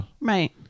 Right